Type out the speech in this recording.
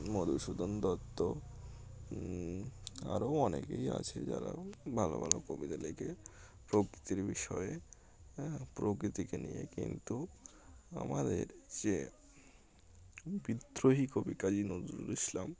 মধুসূদন দত্ত আরও অনেকেই আছে যারা ভালো ভালো কবিতা লেখে প্রকৃতির বিষয়ে হ্যাঁ প্রকৃতিকে নিয়ে কিন্তু আমাদের যে বিদ্রোহী কবি কাজী নজরুল ইসলাম